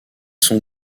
sont